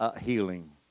healing